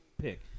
pick